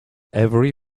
every